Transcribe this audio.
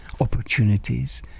opportunities